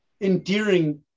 endearing